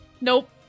Nope